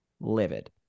livid